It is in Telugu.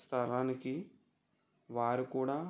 స్థలానికి వారు కూడా